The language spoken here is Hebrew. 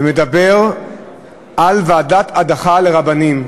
ומדבר על ועדת הדחה לרבנים,